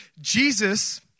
Jesus